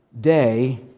day